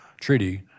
treaty